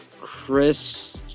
Chris